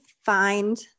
find